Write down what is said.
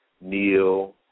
Neil